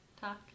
talk